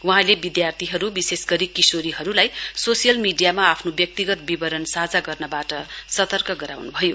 वहाँले विद्यार्थीहरू विशेष गरी किशोरीहरूलाई सोसियल मीडियामा आफ्नो व्यक्तिगत विवरण साझा गर्नबाट सतर्क गराउनुभयो